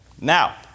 Now